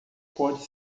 pode